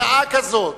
בשעה כזאת,